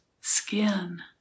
skin